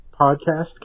podcast